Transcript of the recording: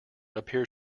appears